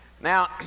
Now